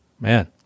man